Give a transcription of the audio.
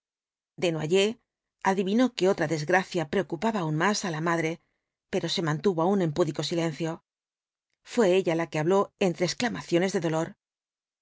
de la noche desnoyers adivinó que otra desgracia preocupaba aun más á la madre pero se mantuvo en púdico silencio fué ella la que habló entre exclamaciones de dolor